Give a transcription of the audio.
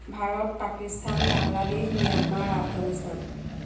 Bharat Pakistan Bangladesh Myanmar Afghanistan